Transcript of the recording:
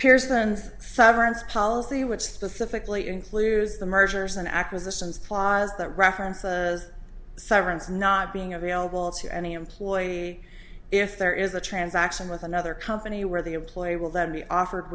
pearson's severance policy which specifically includes the mergers and acquisitions clause that reference a severance not being available to any employee if there is a transaction with another company where the employee will then be offered